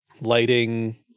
lighting